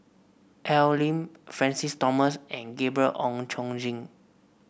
Al Lim Francis Thomas and Gabriel Oon Chong Jin